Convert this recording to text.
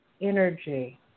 energy